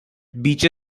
beecher